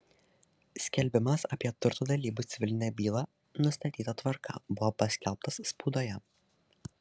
skelbimas apie turto dalybų civilinę bylą nustatyta tvarka buvo paskelbtas spaudoje